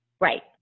Right